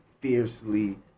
fiercely